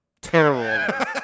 Terrible